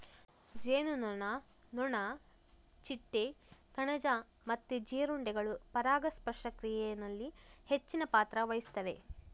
ಜೇನುನೊಣ, ನೊಣ, ಚಿಟ್ಟೆ, ಕಣಜ ಮತ್ತೆ ಜೀರುಂಡೆಗಳು ಪರಾಗಸ್ಪರ್ಶ ಕ್ರಿಯೆನಲ್ಲಿ ಹೆಚ್ಚಿನ ಪಾತ್ರ ವಹಿಸ್ತವೆ